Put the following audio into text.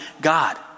God